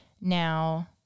now